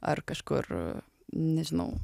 ar kažkur nežinau